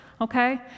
okay